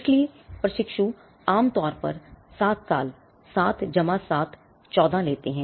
इसलिए प्रशिक्षु आम तौर पर 7 साल 7 7 14 लेते हैं